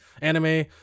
anime